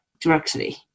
directly